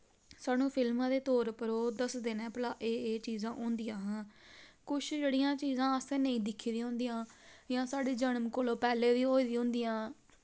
साह्नू फिलमां दे तौर उप्पर ओह् दसदे नै भला एह् एह् चीजां होंदियां हां कुश जेह्ड़ियां चीजां असैं नेईं दिक्खी दियां होंदियां जियां साढ़े जनम कोला पैह्लें दियां होई दियां होंदियां